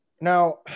Now